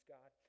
God